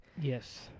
Yes